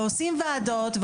עושים ועדות,